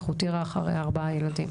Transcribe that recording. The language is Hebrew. הותירה אחריה ארבעה ילדים.